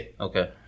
Okay